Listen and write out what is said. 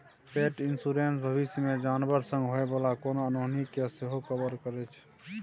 पेट इन्स्योरेन्स भबिस मे जानबर संग होइ बला कोनो अनहोनी केँ सेहो कवर करै छै